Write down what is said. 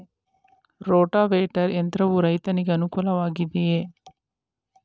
Rotavator ಯಂತ್ರವು ರೈತರಿಗೆ ಅನುಕೂಲ ವಾಗಿದೆಯೇ?